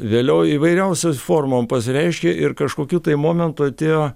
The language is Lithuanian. vėliau įvairiausiom formom pasireiškia ir kažkokiu momentu atėjo